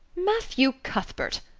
matthew cuthbert,